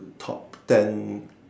top ten